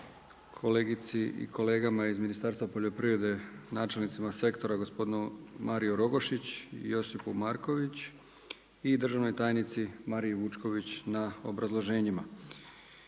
kolegici i kolegama iz Ministarstva poljoprivrede, načelnicima sektora, gospodinu Mariu Rogošić i Josipu Marković i državnoj tajnici Mariji Vučković na obrazloženjima.